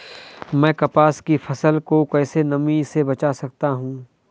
मैं कपास की फसल को कैसे नमी से बचा सकता हूँ?